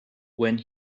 when